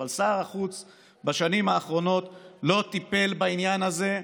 אבל שר החוץ בשנים האחרונות לא טיפל בעניין הזה,